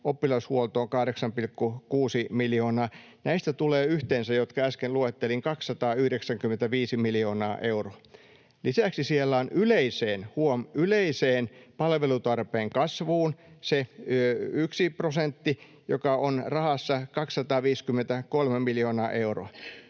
oppilashuoltoon 8,6 miljoonaa. Näistä, jotka äsken luettelin, tulee yhteensä 295 miljoonaa euroa. Lisäksi siellä on yleiseen, huom. yleiseen, palvelutarpeen kasvuun se yksi prosentti, joka on rahassa 253 miljoonaa euroa.